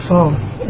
phone